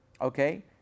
Okay